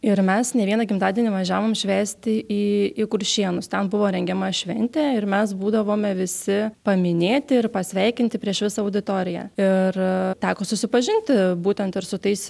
ir mes ne vieną gimtadienį važiavom švęsti į į kuršėnus ten buvo rengiama šventė ir mes būdavome visi paminėti ir pasveikinti prieš visą auditoriją ir teko susipažinti būtent ir su tais